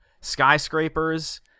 skyscrapers